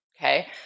Okay